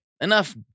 enough